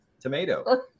tomato